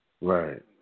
Right